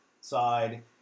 side